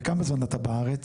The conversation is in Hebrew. וכמה זמן אתה בארץ?